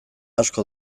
asko